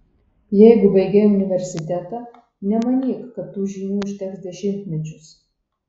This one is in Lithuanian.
jeigu baigei universitetą nemanyk kad tų žinių užteks dešimtmečius